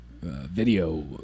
video